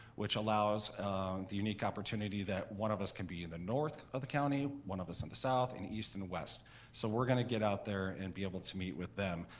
which allows the unique opportunity that one of us can be in the north of the county, one of us in and the south, and east and west so we're gonna get out there and be able to meet with them.